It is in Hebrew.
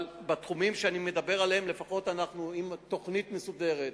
אבל בתחומים שאני מדבר עליהם, עם תוכנית מסודרת,